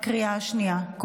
כולל ההסתייגות, בקריאה השנייה.